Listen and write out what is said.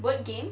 word game